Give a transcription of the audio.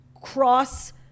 cross